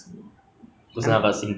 then 我们去吃吃